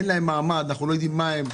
אין להם מעמד, אנחנו לא יודעים מה הם.